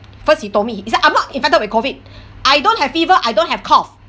first he told me he said I'm not infected with COVID I don't have fever I don't have cough